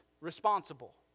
responsible